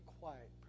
quiet